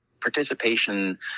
participation